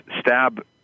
stab